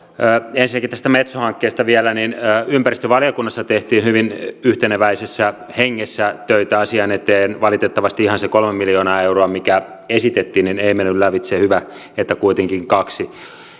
ensinnäkin tästä metso hankkeesta vielä ympäristövaliokunnassa tehtiin hyvin yhteneväisessä hengessä töitä asian eteen valitettavasti ihan se kolme miljoonaa euroa mitä esitettiin ei mennyt lävitse hyvä että kuitenkin kaksi